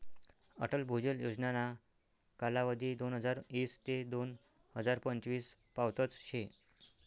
अटल भुजल योजनाना कालावधी दोनहजार ईस ते दोन हजार पंचवीस पावतच शे